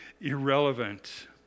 irrelevant